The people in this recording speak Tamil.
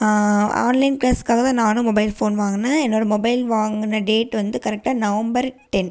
ஆன்லைன் கிளாஸுக்காக தான் நானும் மொபைல் ஃபோன் வாங்குனேன் என்னோடய மொபைல் வாங்கின டேட் வந்து கரெக்டாக நவம்பர் டென்